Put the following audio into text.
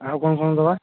ଆଉ କ'ଣ କ'ଣ ଦେବା